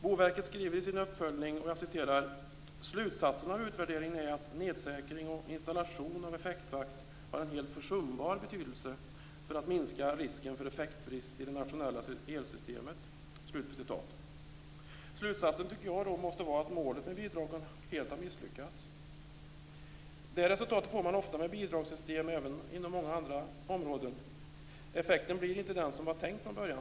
Boverket skriver i sin uppföljning: "slutsatsen av utvärderingen är att nedsäkring och installation av effektvakt har en helt försumbar betydelse för att minska risken för effektbrist i det nationella elsystemet". Jag tycker att slutsatsen måste vara att man helt har misslyckats med målet med bidragen. Det här resultatet får man ofta med bidragssystem även inom många andra områden. Effekten blir inte den som var tänkt från början.